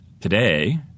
today